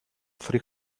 three